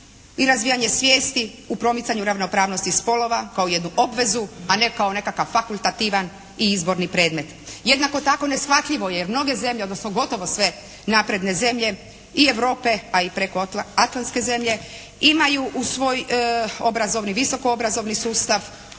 i razvijanje svijesti o promicanju ravnopravnosti spolova kao jednu obvezu a ne kao jedan fakultativan i izborni predmet. Jednako tako neshvatljivo je jer mnoge zemlje odnosno gotovo sve napredne zemlje i Europe pa i prekoatlantske zemlje imaju u svoj obrazovni, visoko obrazovni sustav